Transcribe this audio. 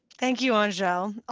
thank you, angele.